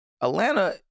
Atlanta